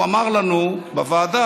הוא אמר לנו בוועדה: